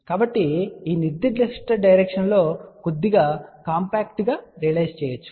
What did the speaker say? కాబట్టి ఈ నిర్దిష్ట డైరెక్షన్ లో కొద్దిగా కాంపాక్ట్గా రియలైజ్ చేయవచ్చును